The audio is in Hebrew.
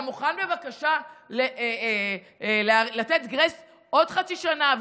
אתה מוכן בבקשה לתת גרייס עוד חצי שנה,